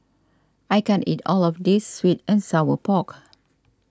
I can't eat all of this Sweet and Sour Pork